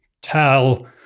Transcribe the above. tell